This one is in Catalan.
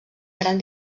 gran